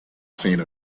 scene